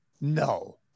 No